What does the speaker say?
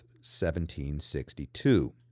1762